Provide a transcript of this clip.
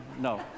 No